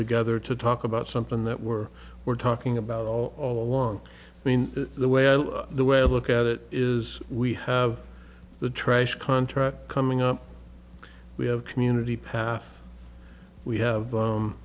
together to talk about something that we're we're talking about all along the way the way i look at it is we have the trash contract coming up we have community pass we have